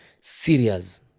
serious